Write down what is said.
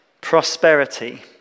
Prosperity